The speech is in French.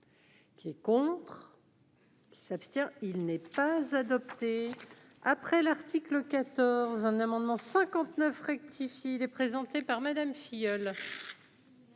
Qui est contre. S'abstient, il n'est pas adopté après l'article 14 un amendement 59 rectifié, il est présenté par Madame Filleul.